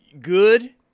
good